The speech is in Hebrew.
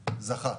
זכה.